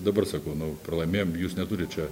dabar sakau nu pralaimėjom jūs neturit čia